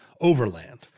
overland